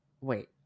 wait